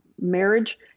marriage